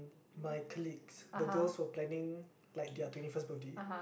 my colleagues the girls were planning like their twenty first birthday